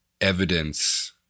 evidence